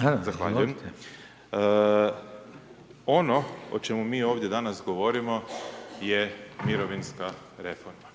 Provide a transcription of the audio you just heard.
reformi ono o čemu mi ovdje danas govorimo je mirovinska reforma.